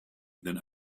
than